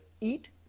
eat